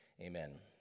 amen